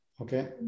Okay